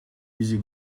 easy